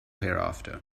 hereafter